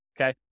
okay